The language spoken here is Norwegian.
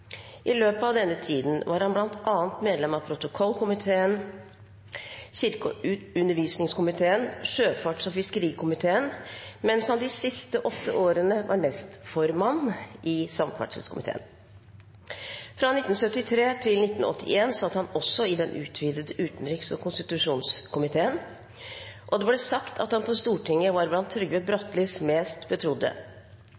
I løpet av denne tiden var han bl.a. medlem av protokollkomiteen, kirke- og undervisningskomiteen og sjøfarts- og fiskerikomiteen, mens han de siste åtte årene var nestformann i samferdselskomiteen. Fra 1973 til 1981 satt han også i Den utvidede utenriks- og konstitusjonskomitéen, og det ble sagt at han på Stortinget var blant Trygve